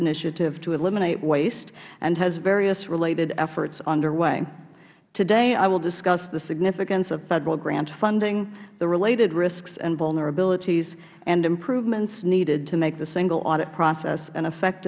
initiative to eliminate waste it has various related efforts underway today i will discuss the significance of federal grant funding the related risks and vulnerabilities and improvements needed to make the single audit process an